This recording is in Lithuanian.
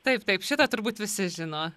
taip taip šitą turbūt visi žino